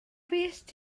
fuest